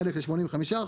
חלק ל-85%,